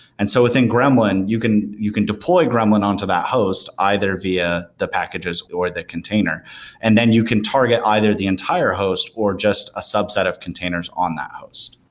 and so within gremlin, you can you can deploy gremlin on to that host either via the packages or the container and then you can target either the entire host or just a subset of containers on that host.